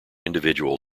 individual